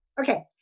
Okay